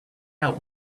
out